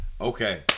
okay